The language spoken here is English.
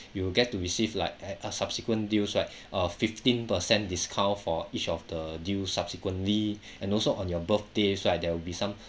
you will get to receive like at uh subsequent deals like a fifteen percent discount for each of the deal subsequently and also on your birthday so I there will be some